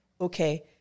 okay